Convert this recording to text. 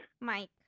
Mike